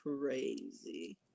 crazy